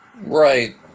right